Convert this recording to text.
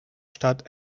stadt